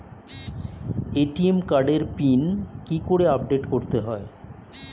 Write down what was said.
ATM কার্ডের pin কি করে আপডেট করতে হয়?